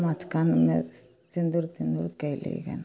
माथ कानमे सिन्दूर तिन्दूर कैलीगन